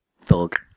Thug